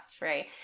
right